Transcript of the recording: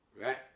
Right